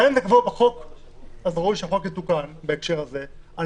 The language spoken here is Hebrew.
ברור לי שהחוק יתוקן בהקשר הזה אבל אני